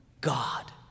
God